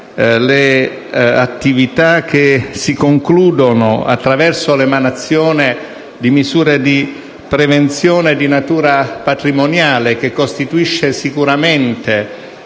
le attività che si concludono attraverso l'emanazione di misure di prevenzione di natura patrimoniale, che costituiscono sicuramente